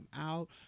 out